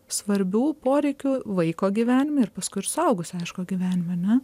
svarbių poreikių vaiko gyvenime ir paskui ir suaugusio aišku gyvenime ane